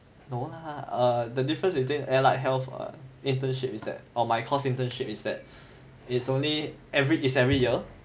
no lah the difference between allied health err internship is that or my course internship is that it's only every is every year